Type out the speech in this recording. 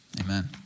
amen